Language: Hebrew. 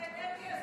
מה זה האנרגיה הזאת?